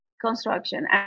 construction